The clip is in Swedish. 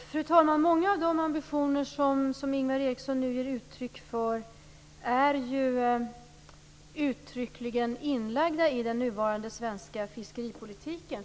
Fru talman! Många av de ambitioner som Ingvar Eriksson nu ger uttryck för är uttryckligen inlagda i den nuvarande svenska fiskeripolitiken.